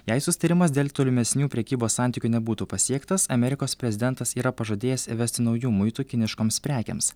jei susitarimas dėl tolimesnių prekybos santykių nebūtų pasiektas amerikos prezidentas yra pažadėjęs įvesti naujų muitų kiniškoms prekėms